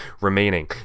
remaining